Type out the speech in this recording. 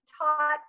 taught